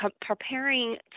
preparing